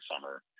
summer